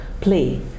play